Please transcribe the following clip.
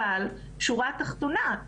בשורה התחתונה,